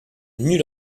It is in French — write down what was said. nul